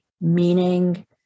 meaning